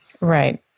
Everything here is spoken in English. Right